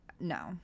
no